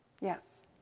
Yes